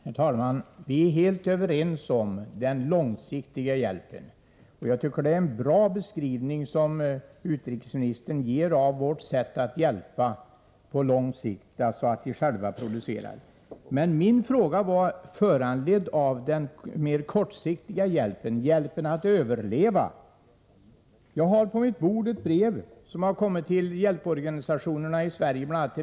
Herr talman! Vi är helt överens beträffande den långsiktiga hjälpen. Jag tycker att det är en bra beskrivning som utrikesministern ger av vårt sätt att hjälpa på lång sikt. Men min fråga var föranledd av den mer kortsiktiga hjälpen, hjälpen till att överleva. Jag har på mitt bord ett brev som kommit till hjälporganisationer i Sverige, bl.a.